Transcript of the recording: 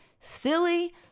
silly